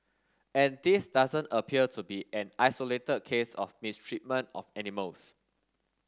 and this doesn't appear to be an isolated case of mistreatment of animals